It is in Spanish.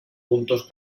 puntos